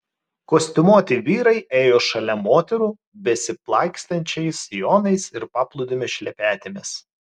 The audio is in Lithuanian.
kostiumuoti vyrai ėjo šalia moterų besiplaikstančiais sijonais ir paplūdimio šlepetėmis